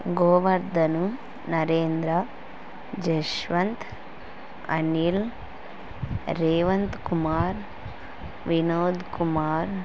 Govardhan Narendra Jaswanth Anil Revanth Kumar Vinod Kumar